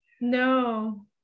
No